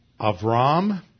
Avram